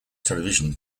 television